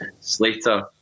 Slater